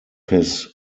his